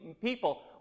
people